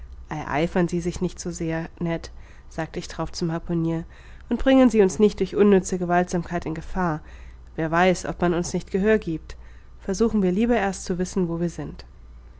ereifern sie sich nicht so sehr ned sagt ich darauf zum harpunier und bringen sie uns nicht durch unnütze gewaltsamkeit in gefahr wer weiß ob man uns nicht gehör giebt versuchen wir lieber erst zu wissen wo wir sind